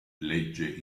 legge